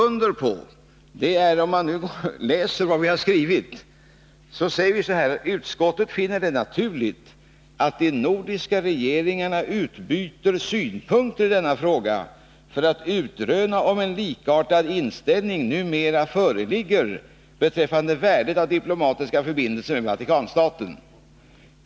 Vad även vi socialdemokrater har skrivit under på är följande: ”Utskottet finner det naturligt att de nordiska regeringarna utbyter synpunkter i denna fråga för att utröna om en likartad inställning numera föreligger beträffande värdet av diplomatiska förbindelser med Vatikanstaten.